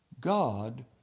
God